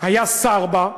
היה שר בה,